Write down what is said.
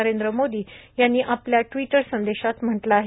नरेंद्र मोदी यांनी आपल्या ट्विटर संदेशात म्हटलं आहे